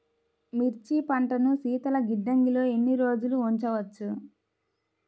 మిర్చి పంటను శీతల గిడ్డంగిలో ఎన్ని రోజులు ఉంచవచ్చు?